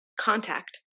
contact